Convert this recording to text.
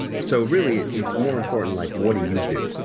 so really, it's more important like what do you do